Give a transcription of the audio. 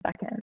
second